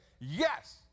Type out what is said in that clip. Yes